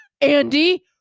Andy